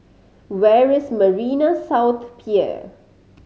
where is Marina South Pier